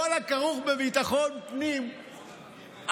לכל הכרוך בביטחון פנים,